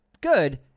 good